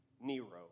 Nero